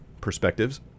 perspectives